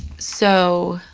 so,